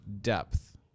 depth